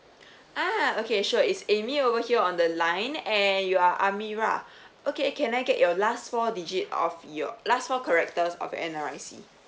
ah okay sure it's amy over here on the line and you are amirah okay can I get your last four digit of your last four characters of your N_R_I_C